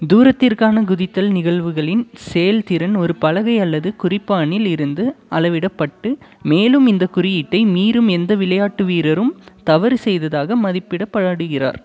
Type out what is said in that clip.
தூரத்திற்கான குதித்தல் நிகழ்வுகளின் செயல்திறன் ஒரு பலகை அல்லது குறிப்பானில் இருந்து அளவிடப்பட்டு மேலும் இந்த குறியீட்டை மீறும் எந்த விளையாட்டு வீரரும் தவறு செய்ததாக மதிப்பிடப்படுகிறார்